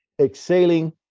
exhaling